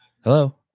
Hello